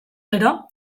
gero